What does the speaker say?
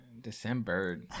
December